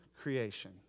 creation